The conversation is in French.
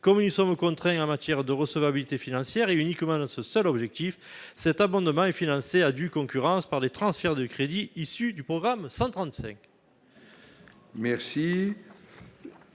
comme nous sommes au contraire en matière de recevabilité financière et uniquement dans ce seul objectif cet abondement est financée, à due concurrence par des transferts de crédits issus du programme 135.